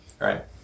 Right